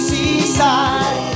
Seaside